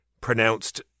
pronounced